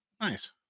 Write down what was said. Nice